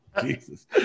jesus